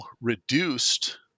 reduced